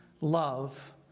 love